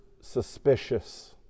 suspicious